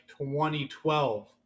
2012